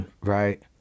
right